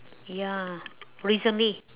ya recently